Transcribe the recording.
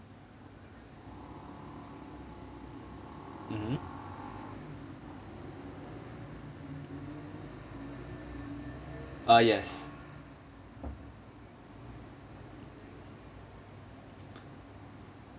mmhmm ah yes